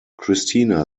christina